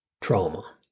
trauma